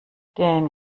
den